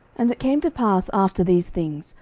and it came to pass after these things,